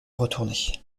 retournée